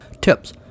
Tips